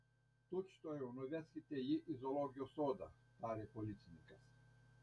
tučtuojau nuveskite jį į zoologijos sodą tarė policininkas